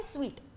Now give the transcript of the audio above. Sweet